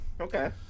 Okay